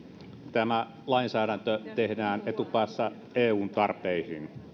tämä lainsäädäntö tehdään etupäässä eun tarpeisiin